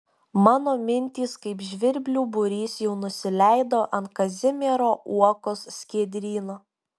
mano mintys kaip žvirblių būrys jau nusileido ant kazimiero uokos skiedryno